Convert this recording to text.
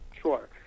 Sure